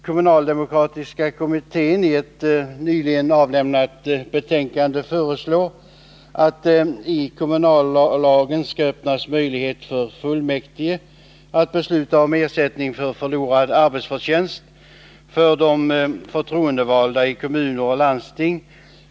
Kommunalde mokratiska kommittén föreslår i ett nyligen avlämnat betänkande att det i kommunallagen skall öppnas möjlighet för fullmäktige att besluta om ersättning för förlorad arbetsförtjänst för de förtroendevalda i kommuner och landsting.